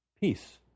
peace